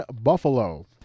Buffalo